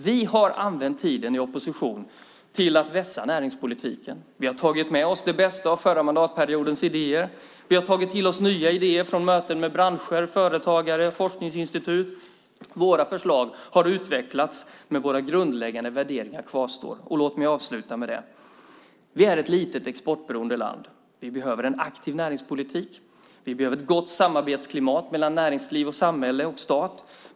Vi har använt tiden i opposition till att vässa näringspolitiken. Vi har tagit med oss det bästa av förra mandatperiodens idéer. Vi har tagit till oss nya idéer från möten med branscher, företagare och forskningsinstitut. Våra förslag har utvecklats, men våra grundläggande värderingar kvarstår. Låt mig avsluta med detta. Vi är ett litet, exportberoende land. Vi behöver en aktiv näringspolitik. Vi behöver ett gott samarbetsklimat mellan näringsliv, samhälle och stat.